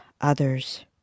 others